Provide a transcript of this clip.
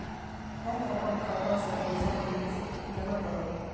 हम अपन खाता से पैसा निवेश केना करब?